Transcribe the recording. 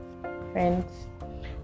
friends